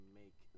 make